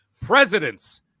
presidents